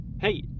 Hey